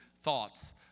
thoughts